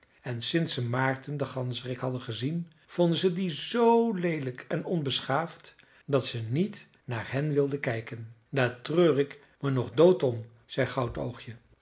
en sinds ze maarten den ganzerik hadden gezien vonden ze die zoo leelijk en onbeschaafd dat ze niet naar hen wilden kijken daar treur ik me nog dood om zei